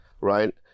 Right